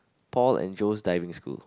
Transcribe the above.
Paul and Joe's Diving School